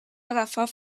agafar